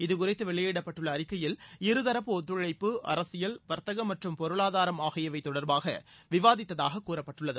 இது குறித்து வெளியிடப்பட்டுள்ள அறிக்கையில் இருதரப்பு ஒத்துழைப்பு அரசியல் வர்த்தகம் மற்றும் பொருளாதாரம் ஆகியவை தொடர்பாக இருதரப்பும் விவாதித்ததாக கூறப்பட்டுள்ளது